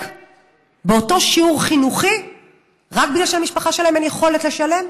באותו שיעור חינוכי רק כי למשפחה שלהם אין יכולת לשלם?